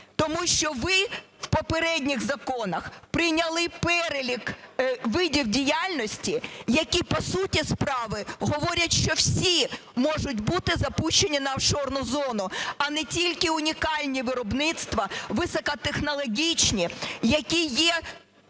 Тому що ви в попередніх законах прийняли перелік видів діяльності, який, по суті справи, говорить, що всі можуть бути запущені на офшорну зону, а не тільки унікальні виробництва високотехнологічні, які є